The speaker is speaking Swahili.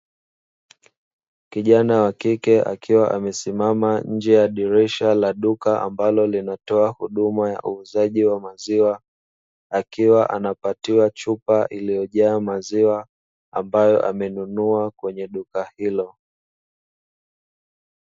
Kijana wa kike akiwa amesimama nje ya dirisha la duka ambalo linatoa huduma ya uuzaji wa maziwa, akiwa anapatiwa chupa iliyojaa maziwa ambayo amenunua kwenye duka hilo.